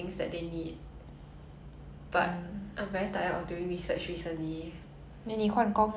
nah cause researching is only one part there's another part